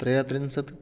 त्रयस्त्रिंशत्